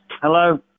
Hello